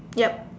yup